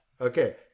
Okay